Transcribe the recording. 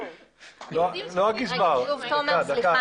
אני לא מצליחה לשמוע,